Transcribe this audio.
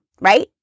right